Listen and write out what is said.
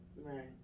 Right